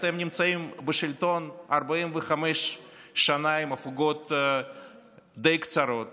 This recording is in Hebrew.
אתם נמצאים בשלטון 45 שנה עם הפוגות די קצרות